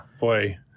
Boy